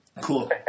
Cool